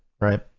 right